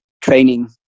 training